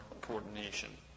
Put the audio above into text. coordination